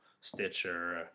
Stitcher